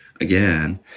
again